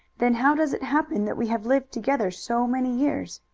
then how does it happen that we have lived together so many years?